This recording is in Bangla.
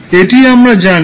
এটি আমরা জানি